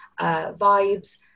vibes